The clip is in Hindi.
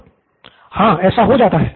प्रो बाला हाँ ऐसा हो जाता है